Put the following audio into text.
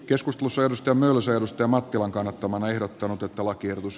joskus puserrusta mieluisia mustemattilan kannattamana ehdottanut että lakiehdotus